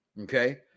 Okay